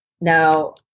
now